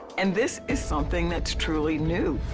and this is something that's truly new.